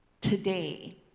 today